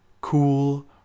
Cool